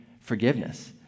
forgiveness